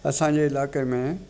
असांजे इलाइक़े में